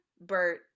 Bert